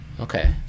okay